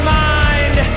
mind